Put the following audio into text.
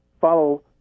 follow